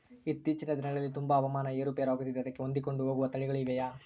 ಇತ್ತೇಚಿನ ದಿನಗಳಲ್ಲಿ ತುಂಬಾ ಹವಾಮಾನ ಏರು ಪೇರು ಆಗುತ್ತಿದೆ ಅದಕ್ಕೆ ಹೊಂದಿಕೊಂಡು ಹೋಗುವ ತಳಿಗಳು ಇವೆಯಾ?